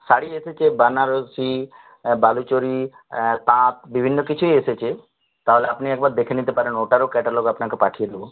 শাড়ি এসেছে বেনারসী বালুচরী তাঁত বিভিন্ন কিছুই এসেছে তা হলে আপনি একবার দেখে নিতে পারেন ওটারও ক্যাটালগ আপনাকে পাঠিয়ে দেব